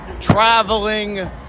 traveling